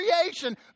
creation